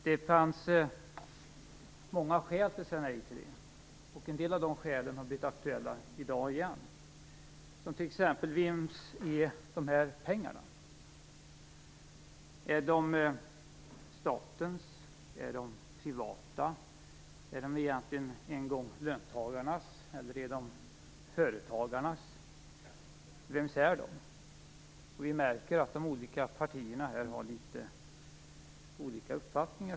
Det fanns många skäl att säga nej. En del av de skälen har blivit aktuella i dag. Vems är pengarna? Är de statens, är de privata, är de egentligen löntagarnas eller företagarnas? Vi märker att partierna har olika uppfattning.